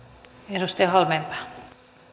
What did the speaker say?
arvoisa rouva